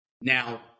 Now